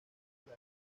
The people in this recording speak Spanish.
viña